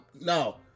no